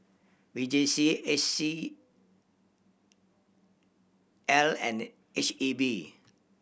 V J C C I and H E B